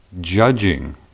judging